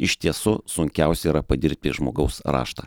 iš tiesų sunkiausia yra padirbti žmogaus raštą